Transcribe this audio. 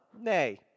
nay